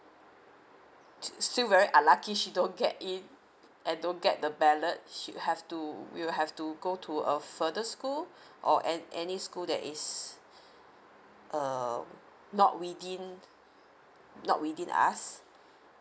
still very unlucky she don't get in and don't get the ballot she'll have to we'll have to go to a further school or an any school that is err not within not within us